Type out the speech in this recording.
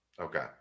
Okay